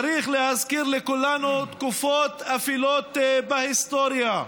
צריך להזכיר לכולנו תקופות אפלות בהיסטוריה.